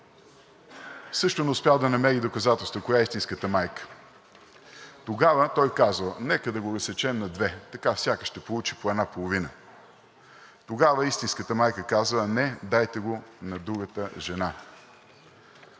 също не успял да намери доказателства коя е истинската майка. Тогава той казал: „Нека да го разсечем на две – така всяка ще получи по една половина.“ Тогава истинската майка казала: „Не, дайте го на другата жена!“